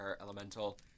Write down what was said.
elemental